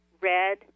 red